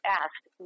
asked